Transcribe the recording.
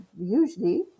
usually